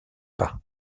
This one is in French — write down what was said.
pas